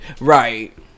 right